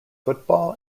football